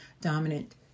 dominant